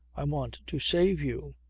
i want to save you.